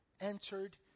entered